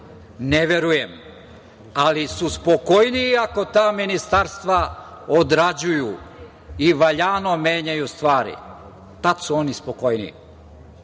Ne verujem, ali su spokojniji ako ta ministarstva odrađuju i valjano menjaju stvari. Tad su oni spokojniji. Znači,